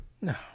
No